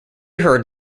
heard